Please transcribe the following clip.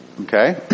Okay